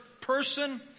person